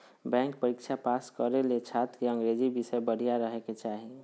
bank परीक्षा pass करे ले छात्र के अंग्रेजी विषय बढ़िया रहे के चाही